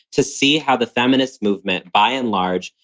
to see how the feminist movement, by and large,